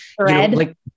Thread